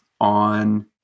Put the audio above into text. on